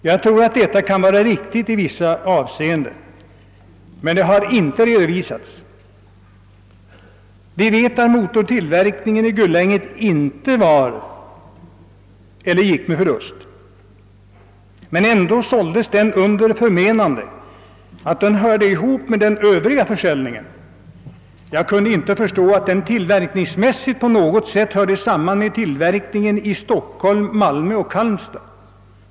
Jag tror att det kan vara riktigt i vissa avseenden, men det har inte redovisats. Vi vet att motortillverkningen i Gullänget inte gick med förlust, men ändå såldes den under förmenande att den hörde ihop med den övriga försäljningen. Jag kan inte förstå att den tillverkningsmässigt på något sätt hörde samman med tillverkningarna i Stockholm, Malmö och Halmstad.